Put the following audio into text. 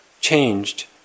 changed